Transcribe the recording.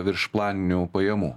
viršplaninių pajamų